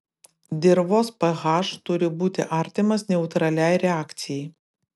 dirvos ph turi būti artimas neutraliai reakcijai